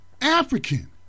African